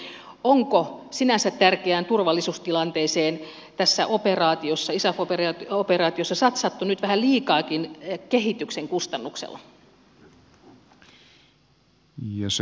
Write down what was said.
mitä mieltä olette onko sinänsä tärkeään turvallisuustilanteeseen tässä operaatiossa isaf operaatiossa satsattu nyt vähän liikaakin kehityksen kustannuksella